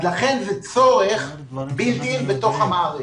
לכן זה צורך מובנה בתוך המערכת.